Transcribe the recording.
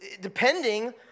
Depending